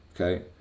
Okay